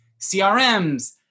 CRMs